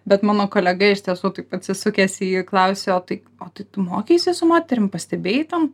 bet mano kolega iš tiesų taip atsisukęs į jį klausia o tai o tai tu mokeisi su moterim pastebėjai ten